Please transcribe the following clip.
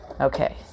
Okay